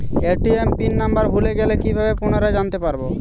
ATM pin number ভুলে গেলে কি ভাবে পুনরায় জানতে পারবো?